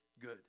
good